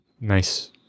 nice